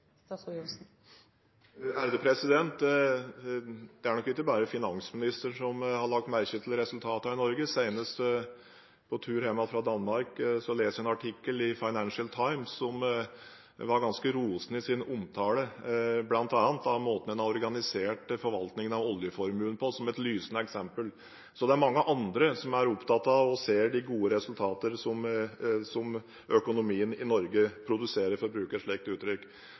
Det er nok ikke bare finansministeren som har lagt merke til resultatene i Norge. Senest på tur hjem fra Danmark leste jeg en artikkel i Financial Times som var ganske rosende i sin omtale, og brukte bl.a. måten vi har organisert forvaltningen av oljeformuen på som et lysende eksempel. Det er mange andre som er opptatt av og ser de gode resultater som økonomien i Norge produserer, for å bruke et slikt uttrykk.